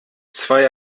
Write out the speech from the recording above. zwei